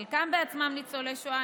חלקם בעצמם ניצולי שואה,